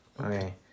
Okay